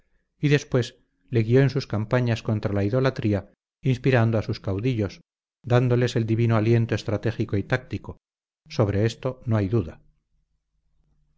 y después le guió en sus campañas contra la idolatría inspirando a sus caudillos dándoles el divino aliento estratégico y táctico sobre esto no hay duda